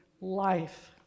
life